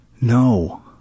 No